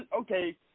okay